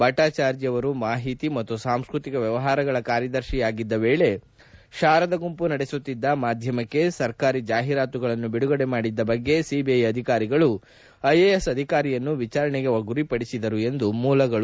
ಭಟ್ಟಾಚಾರ್ಜಿ ಅವರು ಮಾಹಿತಿ ಮತ್ತು ಸಾಂಸ್ಕೃತಿಕ ವ್ಯವಹಾರಗಳ ಕಾರ್ಯದರ್ಶಿ ಆಗಿದ್ದ ವೇಳೆ ಶಾರದ ಗುಂಪು ನಡೆಸುತ್ತಿದ್ದ ಮಾಧ್ಯಮಕ್ಕೆ ಸರ್ಕಾರಿ ಜಾಹೀರಾತುಗಳನ್ನು ಬಿಡುಗಡೆ ಮಾಡಿದ್ದ ಬಗ್ಗೆ ಸಿಬಿಐ ಅಧಿಕಾರಿಗಳು ಐಎಎಸ್ ಅಧಿಕಾರಿಯನ್ನು ವಿಚಾರಣೆಗೆ ಗುರಿಪಡಿಸಿದರು ಎಂದು ಮೂಲಗಳು ತಿಳಿಸಿವೆ